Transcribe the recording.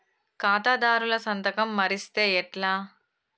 ఖాతాదారుల సంతకం మరిస్తే ఎట్లా?